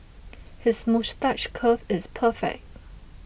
his moustache curl is perfect